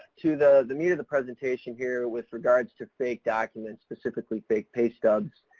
to the, the meat of the presentation here, with regards to fake documents, specifically fake pay stubs,